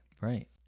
right